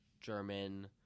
German